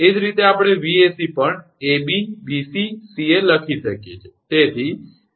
એ જ રીતે આપણે 𝑉𝑎𝑐 પણ 𝑎𝑏 𝑏𝑐 𝑐𝑎 લખી શકીએ છીએ